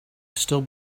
still